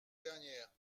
dernière